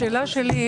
השאלה שלי,